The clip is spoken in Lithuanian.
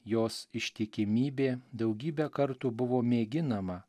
jos ištikimybė daugybę kartų buvo mėginama